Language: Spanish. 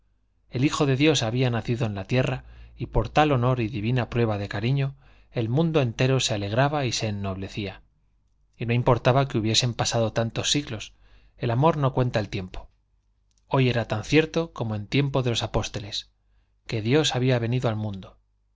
el hijo de dios había nacido en la tierra y por tal honor y divina prueba de cariño el mundo entero se alegraba y se ennoblecía y no importaba que hubiesen pasado tantos siglos el amor no cuenta el tiempo hoy era tan cierto como en tiempo de los apóstoles que dios había venido al mundo